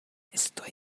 estoy